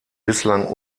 bislang